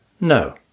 no